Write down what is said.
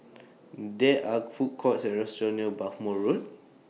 There Are Food Courts Or restaurants near Bhamo Road